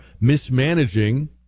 mismanaging